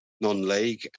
non-league